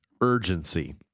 urgency